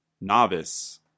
novice